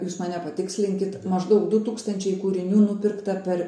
jūs mane patikslinkit maždaug du tūkstančiai kūrinių nupirkta per